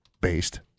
based